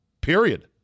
period